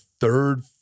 third